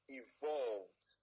evolved